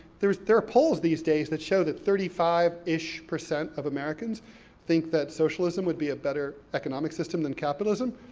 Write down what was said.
there are there are polls these days that show that thirty five ish percent of americans think that socialism would be a better economic system than capitalism.